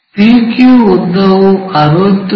PQ ಉದ್ದವು 60 ಮಿ